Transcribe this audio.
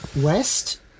West